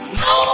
no